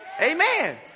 Amen